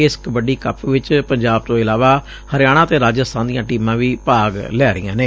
ਇਸ ਕਬੱਡੀ ਕੱਪ 'ਚ ਪੰਜਾਬ ਤੋ' ਇਲਾਵਾ ਹਰਿਆਣਾ ਅਤੇ ਰਾਜਸਬਾਨ ਦੀਆ ਟੀਮਾ ਵੀ ਭਾਗ ਲੈ ਰਹੀਆਂ ਨੇ